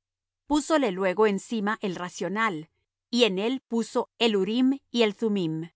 él púsole luego encima el racional y en él puso el urim y thummim